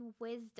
wisdom